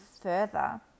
further